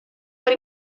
per